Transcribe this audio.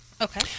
Okay